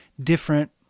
different